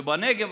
בנגב